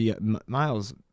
miles